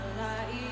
life